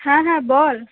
হ্যাঁ হ্যাঁ বল